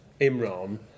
Imran